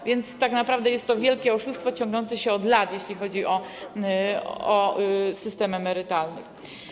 A więc tak naprawdę to jest wielkie oszustwo ciągnące się od lat, jeśli chodzi o system emerytalny.